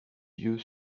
yeux